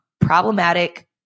problematic